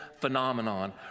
phenomenon